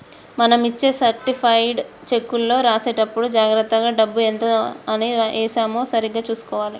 మనం ఇచ్చే సర్టిఫైడ్ చెక్కులో రాసేటప్పుడే జాగర్తగా డబ్బు ఎంత అని ఏశామో సరిగ్గా చుసుకోవాలే